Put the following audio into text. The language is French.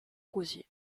rosiers